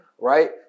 Right